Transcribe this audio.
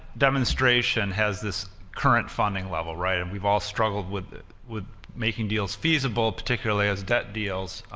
demonstration has this current funding level, right? and we've all struggled with with making deals feasible, particularly as debt deals,